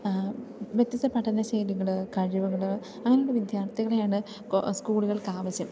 വ്യത്യസ്ത പഠന ശൈലികൾ കഴിവുകൾ അങ്ങനെയുള്ള വിദ്യാർത്ഥികളെയാണ് കോ സ്കൂളുകൾക്കാവശ്യം